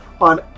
on